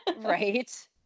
Right